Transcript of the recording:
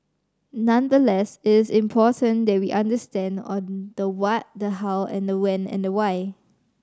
nonetheless it is important that we understand on the what the how and the when and the why